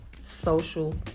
social